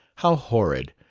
how horrid!